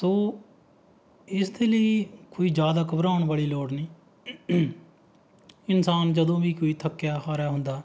ਸੋ ਇਸ ਦੇ ਲਈ ਕੋਈ ਜ਼ਿਆਦਾ ਘਬਰਾਉਣ ਵਾਲੀ ਲੋੜ ਨਹੀਂ ਇਨਸਾਨ ਜਦੋਂ ਵੀ ਕੋਈ ਥੱਕਿਆ ਹਾਰਿਆ ਹੁੰਦਾ